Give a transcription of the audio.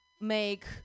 make